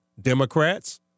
Democrats